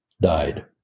died